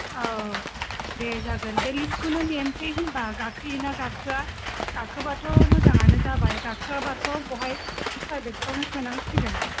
औ दे जागोन बे लिस्टखौनो नेनोसै होनबा गाखोयोना गाखोया गाखोबाथ' मोजां आनो जाबाय गाखोयाबाथ' बहाय फ्रायबेदफ्रावनो सोनांसिगोन